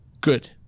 good